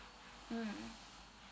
mm